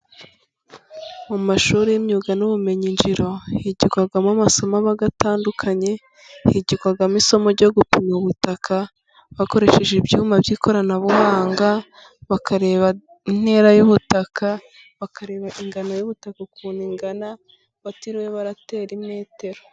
Mu mashuri y'imyuga n'ubumenyingiro higirwamo amasomo aba atandukanye. Higirwakwamo isomo ryo gupima ubutaka bakoresheje ibyuma by'ikoranabuhanga, bakareba intera y'ubutaka, bakareba ingano y'ubutaka ukuntu ingana batiriwe batera metero.